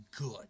good